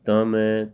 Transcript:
ਤਾਂ ਮੈਂ